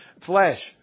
Flesh